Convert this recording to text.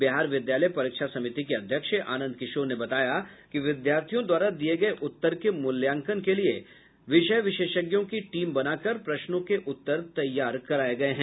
बिहार विद्यालय परीक्षा समिति के अध्यक्ष आनंद किशोर ने बताया कि विद्यार्थियों द्वारा दिये गये उत्तर के मूल्यांकन के लिए विषय विशेषज्ञों की टीम बनाकर प्रश्नों के उत्तर तैयार कराये गये हैं